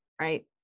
right